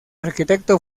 arquitecto